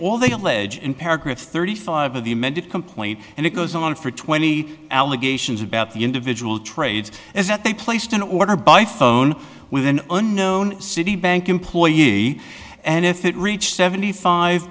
paragraph thirty five of the amended complaint and it goes on for twenty allegations about the individual trades and that they placed an order by phone with an unknown citibank employee and if it reached seventy five